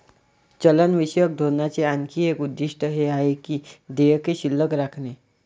चलनविषयक धोरणाचे आणखी एक उद्दिष्ट हे आहे की देयके शिल्लक राखणे